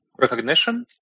recognition